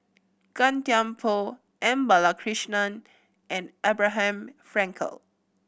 Gan Thiam Poh M Balakrishnan and Abraham Frankel